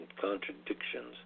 contradictions